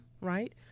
right